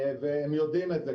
והם יודעים את זה.